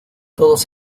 todos